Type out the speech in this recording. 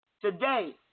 today